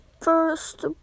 first